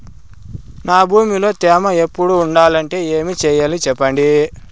నా భూమిలో తేమ ఎప్పుడు ఉండాలంటే ఏమి సెయ్యాలి చెప్పండి?